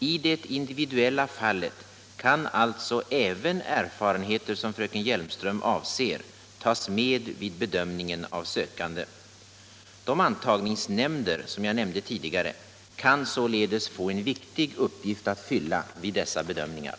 I det individuella fallet kan därför även erfarenheter som fröken Hjelmström avser tas med vid bedömningen av sökande. De antagningsnämnder som jag talade om tidigare kan således få en viktig uppgift att fylla vid dessa bedömningar.